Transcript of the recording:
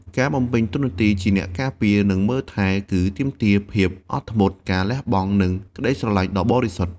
ការបំពេញតួនាទីជាអ្នកការពារ និងមើលថែ គឺទាមទារភាពអត់ធ្មត់ ការលះបង់ និងក្តីស្រលាញ់ដ៏បរិសុទ្ធ។